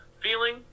feeling